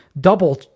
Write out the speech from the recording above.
double